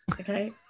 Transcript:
Okay